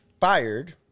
fired